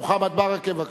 מוחמד ברכה, בבקשה.